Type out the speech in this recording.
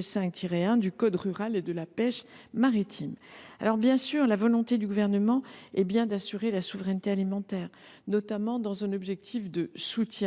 5 1 du code rural et de la pêche maritime. La volonté du Gouvernement est bien d’assurer la souveraineté alimentaire, notamment dans un objectif de soutien